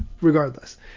regardless